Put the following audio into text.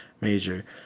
major